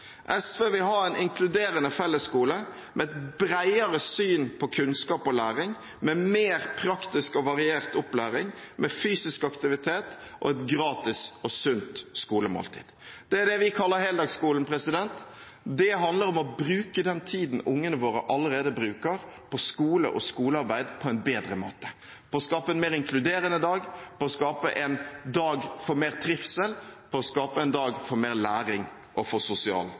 SV vil ha en inkluderende fellesskole med et bredere syn på kunnskap og læring, med mer praktisk og variert opplæring, med fysisk aktivitet og et gratis og sunt skolemåltid. Det er det vi kaller heldagsskolen. Det handler om å bruke den tiden ungene våre allerede bruker på skole og skolearbeid, på en bedre måte, på å skape en mer inkluderende dag, på å skape en dag for mer trivsel, på å skape en dag for mer læring og for sosial